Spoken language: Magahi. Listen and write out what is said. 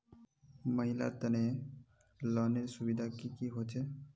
महिलार तने लोनेर सुविधा की की होचे?